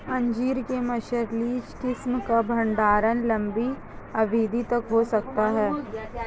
अंजीर के मार्सलीज किस्म का भंडारण लंबी अवधि तक हो सकता है